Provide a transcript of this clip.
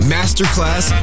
Masterclass